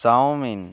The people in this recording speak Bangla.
চাউমিন